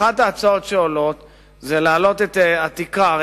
אחת ההצעות שעולות היא להעלות את התקרה.